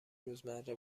روزمره